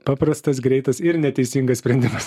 paprastas greitas ir neteisingas sprendimas